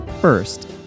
First